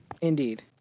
Indeed